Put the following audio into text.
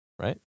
Right